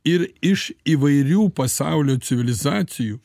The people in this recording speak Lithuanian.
ir iš įvairių pasaulio civilizacijų